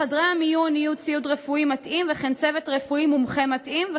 בחדרי המיון יהיו ציוד רפואי מתאים וכן צוות רפואי מומחה מתאים.